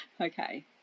Okay